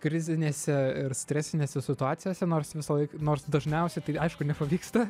krizinėse ir stresinėse situacijose nors visąlaik nors dažniausiai tai aišku nepavyksta